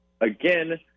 again